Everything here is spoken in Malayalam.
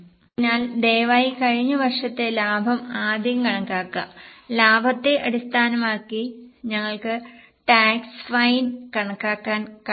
അതിനാൽ ദയവായി കഴിഞ്ഞ വർഷത്തെ ലാഭം ആദ്യം കണക്കാക്കുക ലാഭത്തെ അടിസ്ഥാനമാക്കി ഞങ്ങൾക്ക് ടാക്സസ് ഫൈൻ കണക്കാക്കാൻ കഴിയും